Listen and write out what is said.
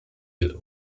ill